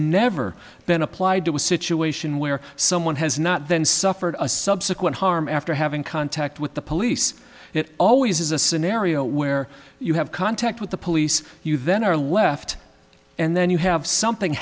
never been applied to a situation where someone has not then suffered a subsequent harm after having contact with the police it always is a scenario where you have contact with the police you then are left and then you have something